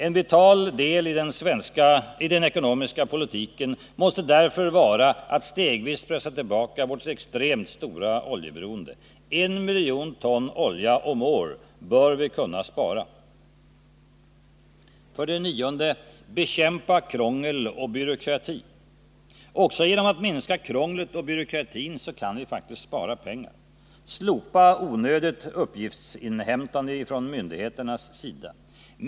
En vital del i den ekonomiska politiken måste därför vara att stegvis pressa tillbaka vårt extremt stora oljeberoende. En miljon ton olja bör vi kunna spara årligen. För det nionde: Bekämpa krångel och byråkrati. Också genom att minska krånglet och byråkratin kan vi spara pengar. Slopa onödigt uppgiftsinhämtande från myndigheternas sida.